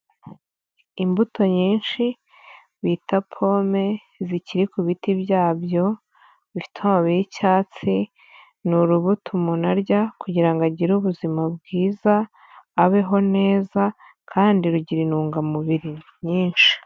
Imbuto nyinshi, bita pome, zikiri ku biti byabyo, bifite amabani y'icyatsi, ni urubuto umuntu arya kugira ngo agire ubuzima bwiza, abeho neza kandi rugira intungamubiri nyinshi.